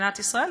במדינת ישראל,